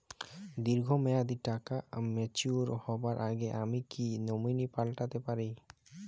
দীর্ঘ মেয়াদি টাকা ম্যাচিউর হবার আগে আমি কি নমিনি পাল্টা তে পারি?